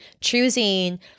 choosing